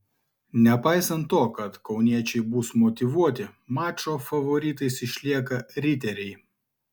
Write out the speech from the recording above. nepaisant to kad kauniečiai bus motyvuoti mačo favoritais išlieka riteriai